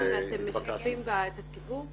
אתם משתפים בה את הציבור?